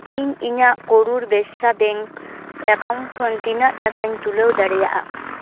ᱤᱧ ᱤᱧᱟᱹᱜ ᱠᱚᱨᱩᱨ ᱵᱮᱥᱥᱟ ᱵᱮᱝᱠ ᱮᱠᱟᱣᱩᱱᱴ ᱠᱷᱚᱱ ᱛᱤᱱᱟᱹᱜ ᱴᱟᱠᱟᱧ ᱛᱩᱞᱟᱹᱣ ᱫᱟᱲᱮᱭᱟᱜᱼᱟ